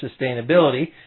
sustainability